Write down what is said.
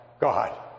God